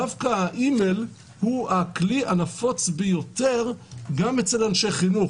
דווקא האי-מייל הוא הכלי הנפוץ ביותר גם אצל אנשי חינוך.